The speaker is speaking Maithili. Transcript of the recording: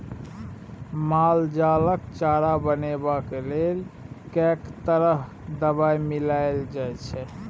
माल जालक चारा बनेबाक लेल कैक तरह दवाई मिलाएल जाइत छै